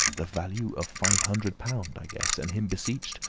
the value of five hundred pound, i guess, and him beseeched,